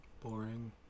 Boring